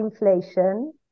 inflation